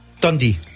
Dundee